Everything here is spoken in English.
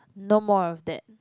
no more of that